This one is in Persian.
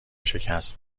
شکست